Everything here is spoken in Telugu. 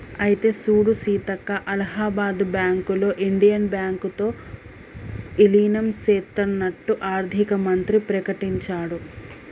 అయితే సూడు సీతక్క అలహాబాద్ బ్యాంకులో ఇండియన్ బ్యాంకు తో ఇలీనం సేత్తన్నట్టు ఆర్థిక మంత్రి ప్రకటించాడు